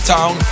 Town